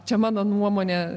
čia mano nuomonė